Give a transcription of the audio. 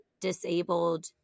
disabled